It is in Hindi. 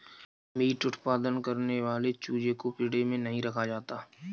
मीट उत्पादन करने वाले चूजे को पिंजड़े में नहीं रखा जाता